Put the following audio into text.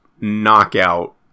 knockout